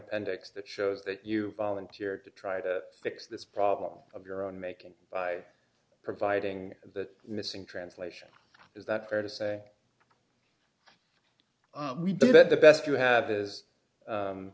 appendix that shows that you volunteer to try to fix this problem of your own making by providing that missing translation is that fair to say that the best you have is